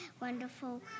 wonderful